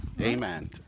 Amen